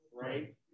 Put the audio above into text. right